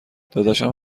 داداشم